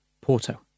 Porto